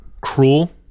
cruel